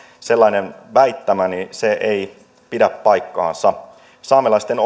sellainen väittämä ei pidä paikkaansa saamelaisten